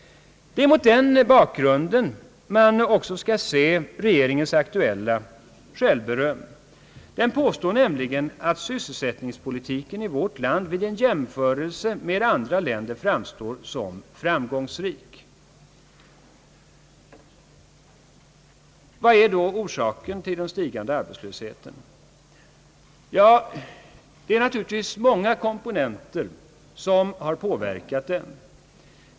Det är även mot den bakgrunden man skall se regeringens aktuella självberöm. Den påstår nämligen att sysselsättningspolitiken i vårt land vid en jämförelse med andra länder framstår som »framgångsrik». Vad är då orsaken till den stigande arbetslösheten? Ja, det är naturligtvis många komponenter som medverkat till den.